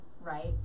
right